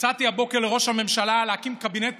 הצעתי הבוקר לראש הממשלה להקים קבינט